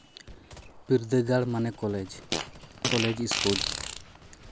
ᱵᱤᱨᱫᱟᱹᱜᱟᱲ ᱢᱟᱱᱮ college college school